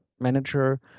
manager